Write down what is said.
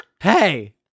Hey